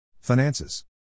Finances